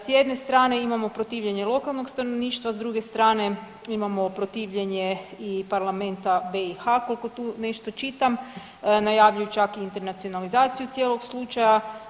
S jedne strane imamo protivljenje lokalnog stanovništva, s druge strane imamo protivljenje i parlamenta BiH koliko tu nešto čitam, najavljuju čak i internacionalizaciju cijelog slučaja.